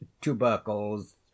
tubercles